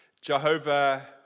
Jehovah